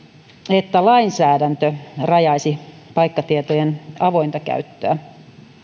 että lainsäädäntö rajaisi paikkatietojen avointa käyttöä